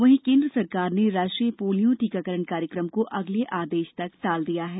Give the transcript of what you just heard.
वहीं केंद्र सरकार ने राष्ट्रीय पोलियो टीकाकरण कार्यक्रम को अगले आदेश तक टाल दिया है